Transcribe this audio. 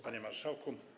Panie Marszałku!